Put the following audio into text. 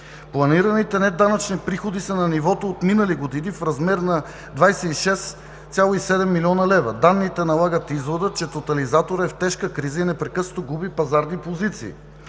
Планираните неданъчни приходи са на нивото от минали години в размер на 26,7 милиона лева. Данните налагат извода, че тотализаторът е в тежка криза и непрекъснато губи пазарни позиции.